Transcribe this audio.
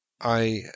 I